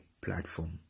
platform